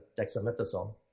dexamethasone